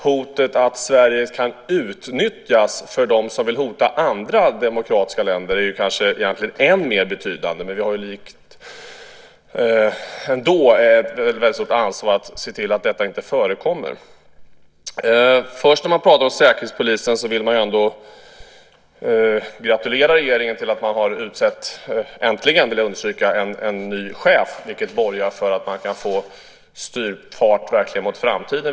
Hotet att Sverige kan utnyttjas för dem som vill hota andra demokratiska länder är egentligen än mer betydande, men vi har ett ansvar att se till att detta inte förekommer. När man pratar om Säkerhetspolisen vill jag gratulera regeringen till att ha utsett - äntligen, vill jag understryka - en ny chef, vilket borgar för att man verkligen kan få styrfart mot framtiden.